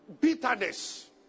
bitterness